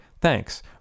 thanks